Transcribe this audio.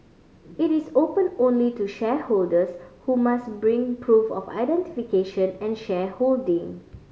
it is open only to shareholders who must bring proof of identification and shareholding